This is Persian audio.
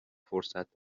فرصت